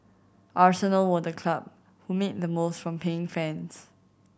Arsenal were the club who made the most from paying fans